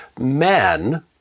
men